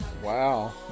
wow